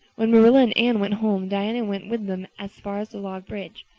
when marilla and anne went home diana went with them as far as the log bridge.